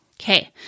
Okay